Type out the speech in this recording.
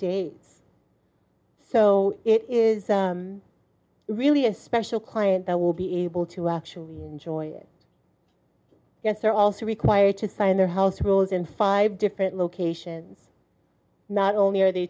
days so it is really a special client that will be able to actually enjoy it yes are also required to sign their house rules in five different locations not only are they